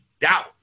doubt